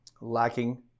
lacking